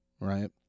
right